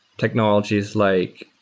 technologies like